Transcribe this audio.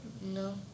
No